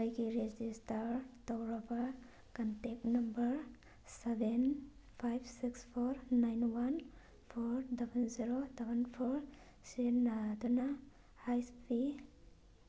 ꯑꯩꯒꯤ ꯔꯦꯖꯤꯁꯇꯔ ꯇꯧꯔꯕ contact number seven five six four nine one four double zero double four ꯁꯤꯖꯤꯟꯅꯗꯨꯅ H ꯄꯤ